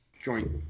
joint